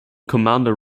commander